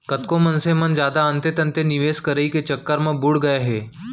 कतको मनसे मन जादा अंते तंते निवेस करई के चक्कर म बुड़ गए हे